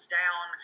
down